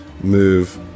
move